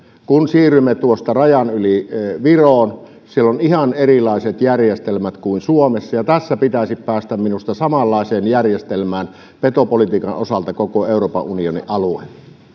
kun siirrymme tuosta rajan yli viroon siellä on ihan erilaiset järjestelmät kuin suomessa ja tässä pitäisi päästä minusta samanlaiseen järjestelmään petopolitiikan osalta koko euroopan unionin